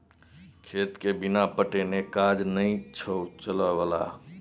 खेतके बिना पटेने काज नै छौ चलय बला